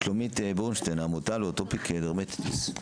שולמית בורנשטיין, העמותה לאטופיס דרמטיטיס.